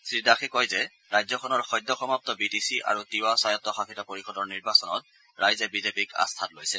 শ্ৰীদাসে কয় যে ৰাজ্যখনৰ সদ্যসমাপু বিটিচি আৰু তিৱা স্বায়ত্তশাসিত পৰিষদৰ নিৰ্বাচনত ৰাইজে বিজেপিক আস্থাত লৈছে